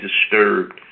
disturbed